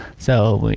so,